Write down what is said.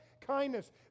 kindness